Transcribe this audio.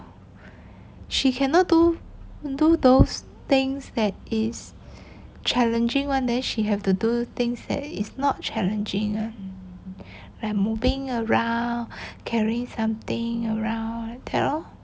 she cannot do do those things that is challenging one day she have to do things that is not challenging ah like moving around carrying something around like that lor